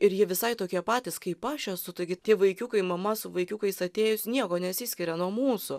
ir jie visai tokie patys kaip aš esu taigi tie vaikiukai mama su vaikiukais atėjus niekuo nesiskiria nuo mūsų